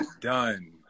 done